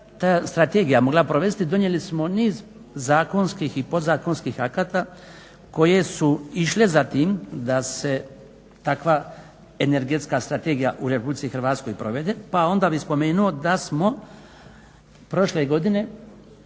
ta strategija mogla provesti donijeli smo niz zakonskih i podzakonskih akata koje su išle za tim da se takva energetska strategije u RH provede pa onda bih spomenuo da smo prošle godine